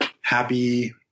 happy